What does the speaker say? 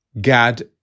Gad